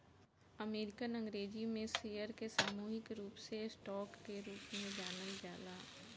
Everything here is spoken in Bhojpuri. अमेरिकन अंग्रेजी में शेयर के सामूहिक रूप से स्टॉक के रूप में जानल जाला